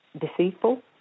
deceitful